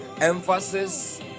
Emphasis